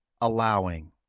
allowing